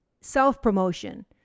self-promotion